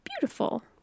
beautiful